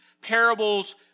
parables